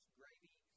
gravy